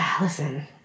Listen